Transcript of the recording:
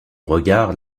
regard